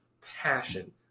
passion